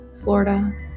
Florida